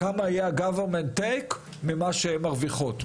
כמה היה --- ממה שהן מרוויחות.